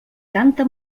canta